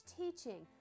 teaching